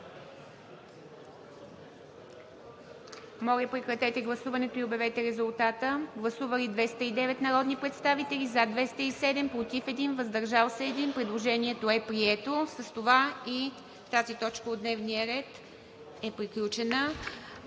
моля да гласувате така предложените кандидатури. Гласували 209 народни представители: за 207, против 1, въздържал се 1. Предложението е прието. С това и тази точка от дневния ред е приключена.